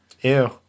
Ew